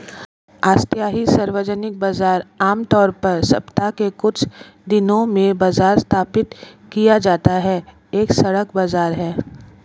अस्थायी सार्वजनिक बाजार, आमतौर पर सप्ताह के कुछ दिनों में बाहर स्थापित किया जाता है, एक सड़क बाजार है